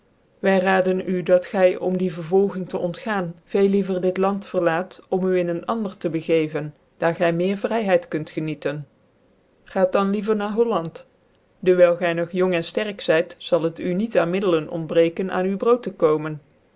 wy'rad en u dat gy om die vervolging tc ontgaan reel liever dit land verlaat om u in ccn ander te begeven daar gy meer vryheid kunt genieten gaat dan liever na holland dewijl gy noch jong en fterk zyt zil het n nicc aan middelen ontbrecken aan uw brood te komen